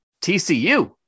TCU